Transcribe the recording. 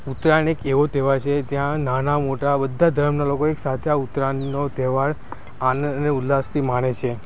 ઉત્તરાયણ એક એવો તહેવાર છે જ્યાં નાના મોટા બધા જ ધર્મના લોકો એક સાથે આ ઉત્તરાયણનો તહેવાર આનંદ અને ઉલ્લાસથી માણે છે